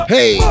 Hey